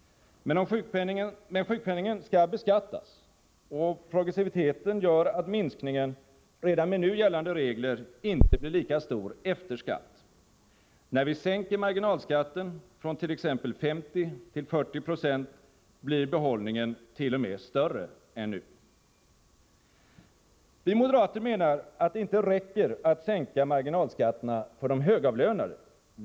Men sjukpenningen skall beskattas, och progressiviteten gör att minskningen redan med nu gällande regler inte blir lika stor efter skatt. När vi sänker marginalskatten från t.ex. 50 till 40 26, blir behållningen t.o.m. större än nu. Vi moderater menar att det inte räcker att sänka marginalskatterna för de högavlönade.